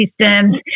systems